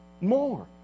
more